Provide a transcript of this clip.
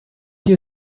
you